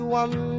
one